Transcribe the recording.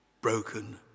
broken